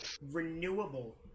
renewable